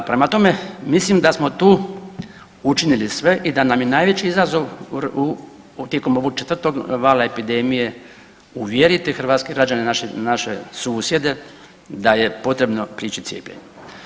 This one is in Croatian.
Prema tome, mislim da smo tu učinili sve i da nam je najveći izazov tijekom ovog 4. vala epidemije uvjeriti hrvatske građane, naše susjede da je potrebno prići cijepljenju.